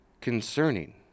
concerning